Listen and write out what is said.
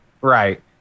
right